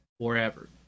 forever